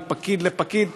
מפקיד לפקיד,